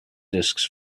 disks